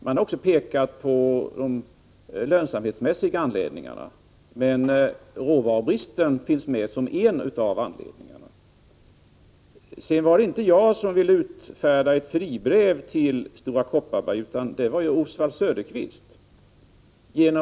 Man har också pekat på de lönsamhetsmässiga aspekterna, men råvarubristen finns med som en av anledningarna till nedläggningsbeslutet. Det var inte jag som ville utfärda ett fribrev till Stora Kopparberg, utan det var Oswald Söderqvist.